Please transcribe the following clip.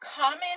common